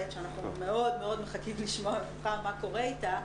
שאנחנו מאוד מחכים לשמוע מה קורה איתה,